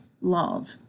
love